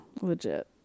Legit